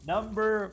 Number